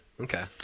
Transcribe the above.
Okay